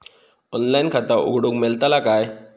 Online खाता उघडूक मेलतला काय?